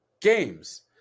Games